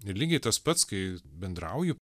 ir lygiai tas pats kai bendrauju